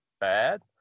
bad